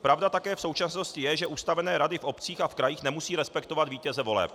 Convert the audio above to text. Pravda také v současnosti je, že ustavené rady v obcích a krajích nemusí respektovat vítěze voleb.